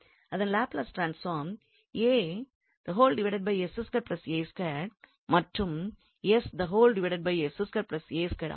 அதன் Laplace transform மற்றும் ஆகும்